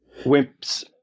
wimps